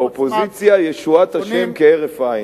האופוזיציה, ישועת השם כהרף עין.